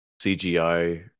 CGI